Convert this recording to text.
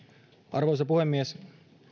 arvoisa puhemies